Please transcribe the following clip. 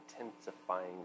intensifying